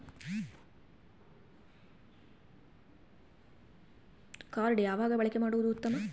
Card ಯಾವಾಗ ಬಳಕೆ ಮಾಡುವುದು ಉತ್ತಮ?